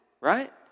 right